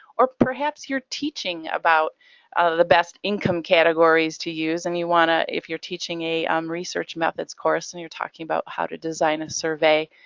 or perhaps you're teaching about the best income categories to use and you want to if you're teaching a um research methods course and you're talking about how to design a survey,